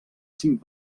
cinc